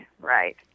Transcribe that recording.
Right